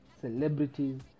celebrities